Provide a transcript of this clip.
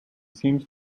seems